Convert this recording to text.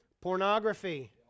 Pornography